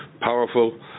powerful